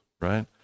right